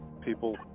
people